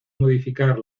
modificar